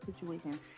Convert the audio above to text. situation